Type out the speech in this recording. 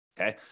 okay